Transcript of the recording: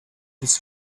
his